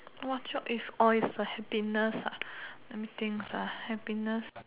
what job is all is a happiness ah let me think ah happiness